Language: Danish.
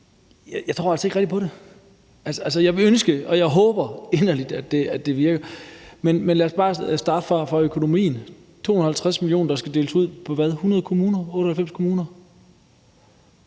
jeg tror altså ikke rigtig på det. Jeg ville ønske, og jeg håber inderligt, at det virker. Lad os bare starte med økonomien. Der skal deles 250 mio. kr. ud til 98 kommuner.